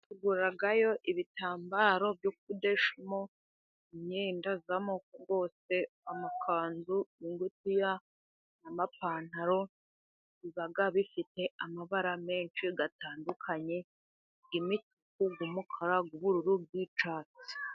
Tugurayo ibitambaro byo ku dodeshamo imyenda z'amoko yose; amakanzu, ngutiya, amapantaro, bibaga bifite amabara menshi adutandukanye imituku, imikara, ubururu, n'icyatsi.